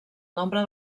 nombre